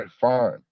fine